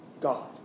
God